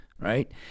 right